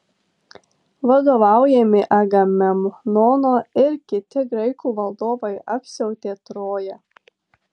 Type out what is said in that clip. vadovaujami agamemnono ir kiti graikų valdovai apsiautė troją